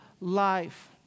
life